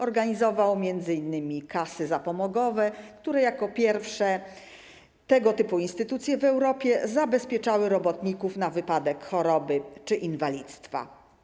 Organizował m.in. kasy zapomogowe, które jako pierwsze tego typu instytucje w Europie zabezpieczały robotników na wypadek choroby lub inwalidztwa.